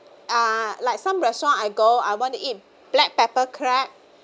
uh like some restaurant I go I want to eat black pepper crab